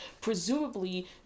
presumably